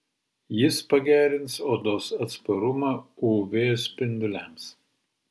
jis pagerins odos atsparumą uv spinduliams